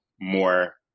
more